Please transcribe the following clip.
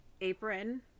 apron